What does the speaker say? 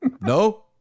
No